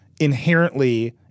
inherently